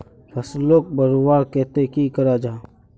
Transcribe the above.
फसलोक बढ़वार केते की करा जाहा?